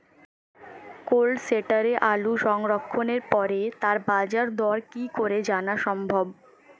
Cold স্টোরে আলু সংরক্ষণের পরে তার বাজারদর কি করে জানা সম্ভব?